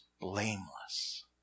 blameless